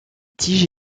tiges